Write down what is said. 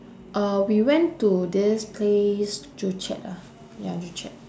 uh we went to this place joo chiat ah ya joo chiat